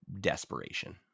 desperation